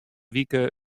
wike